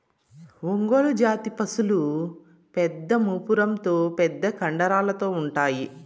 ఒంగోలు జాతి పసులు పెద్ద మూపురంతో పెద్ద కండరాలతో ఉంటాయి